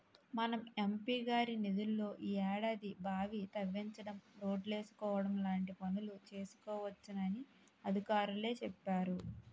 మన ఎం.పి గారి నిధుల్లో ఈ ఏడాది బావి తవ్వించడం, రోడ్లేసుకోవడం లాంటి పనులు చేసుకోవచ్చునని అధికారులే చెప్పేరు